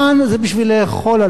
לא בשביל לצרוך אותו,